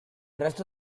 resto